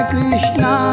Krishna